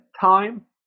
time